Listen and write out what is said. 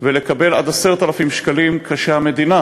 ולקבל עד 10,000 שקלים, כשהמדינה